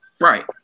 Right